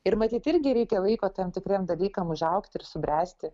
ir matyt irgi reikia laiko tam tikriem dalykam užaugt ir subręsti